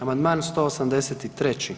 Amandman 183.